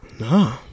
No